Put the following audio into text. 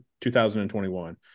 2021